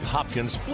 Hopkins